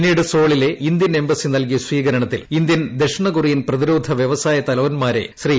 പിന്നീട് സോളിലെ Indian embassy നൽകിയ സ്വീകരണത്തിൽ ഇന്ത്യൻ ദക്ഷിണ കൊറിയൻ പ്രതിരോധ വൃവസായ തലവന്മാരെ ശ്രീ